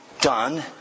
done